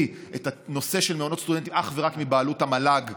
את הנושא של מעונות סטודנטים אך ורק מבעלות המל"ג,